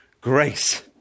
grace